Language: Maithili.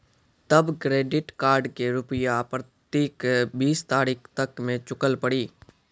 तब क्रेडिट कार्ड के रूपिया प्रतीक बीस तारीख तक मे चुकल पड़ी?